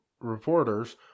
reporters